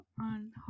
on